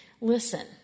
Listen